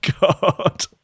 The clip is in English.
God